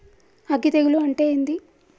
అగ్గి తెగులు అంటే ఏంది?